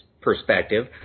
perspective